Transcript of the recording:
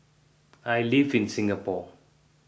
I live in Singapore